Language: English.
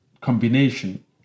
combination